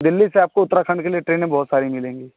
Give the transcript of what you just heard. दिल्ली से आपको उत्तराखंड के लिए ट्रेनें बहुत सारी मिल जाएँगी